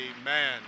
amen